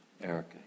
Erica